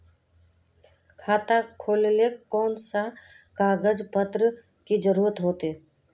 खाता खोलेले कौन कौन सा कागज पत्र की जरूरत होते?